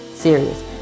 serious